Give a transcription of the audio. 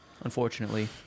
Unfortunately